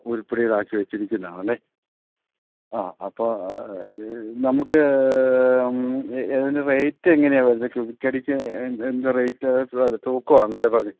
ഉരുപിടികളാക്കി വച്ചിരിക്കുന്നത് ആണല്ലേ ആ അപ്പം നമുക്ക് ഇതിൻ്റെ റേറ്റ് എങ്ങനെയാണ് വരുന്നത് ക്യൂബിക്കടിക്ക് എന്ത് റേറ്റ് എത്രയാണ് തൂക്കമാണല്ലേ പതിവ്